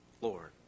Lord